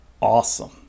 awesome